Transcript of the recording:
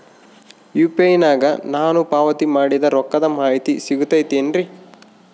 UPI ನಾಗ ನಾನು ಪಾವತಿ ಮಾಡಿದ ರೊಕ್ಕದ ಮಾಹಿತಿ ಸಿಗುತೈತೇನ್ರಿ?